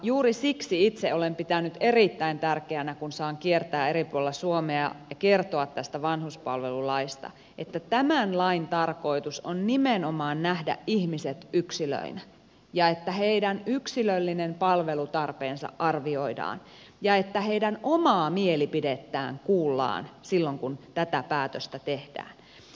juuri siksi itse olen pitänyt erittäin tärkeänä kun saan kiertää eri puolilla suomea ja kertoa tästä vanhuspalvelulaista että tämän lain tarkoitus on nimenomaan nähdä ihmiset yksilöinä ja että heidän yksilöllinen palvelutarpeensa arvioidaan ja että heidän omaa mielipidettään kuullaan silloin kun tätä päätöstä tehdään